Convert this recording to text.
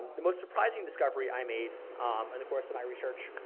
the most surprising discovery i made in the course of my research,